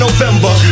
November